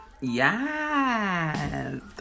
Yes